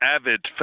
avid